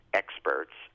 experts